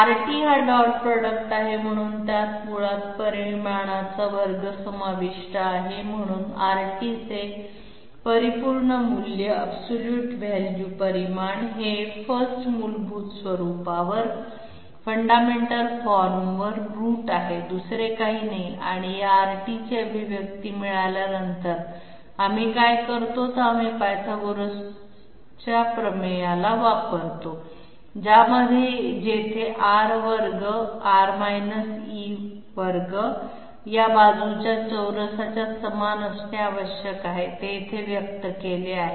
Rt हा dot product आहे म्हणून त्यात मुळात परिमाणाचा वर्ग समाविष्ट आहे म्हणून Rt चे परिपूर्ण मूल्य एप्सलुट व्हॅल्यू परिमाण हे 1st मूलभूत स्वरूपावरफंडामेंटल फॉर्मवर मूळ आहे दुसरे काही नाही आणि या Rt ची अभिव्यक्ती मिळाल्यानंतर आम्ही काय करतो तर आम्ही पायथागोरसच्या प्रमेय वापरतो ज्यामध्ये जेथे R वर्ग - R - e वर्ग या बाजूच्या चौरसाच्या समान असणे आवश्यक आहे ते येथे व्यक्त केले आहे